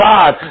God